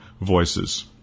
voices